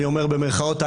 במירכאות,